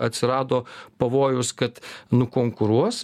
atsirado pavojus kad nukonkuruos